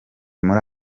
muri